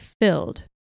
filled